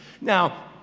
Now